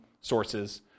sources